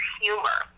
humor